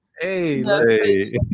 Hey